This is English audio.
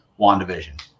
WandaVision